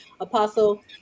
apostle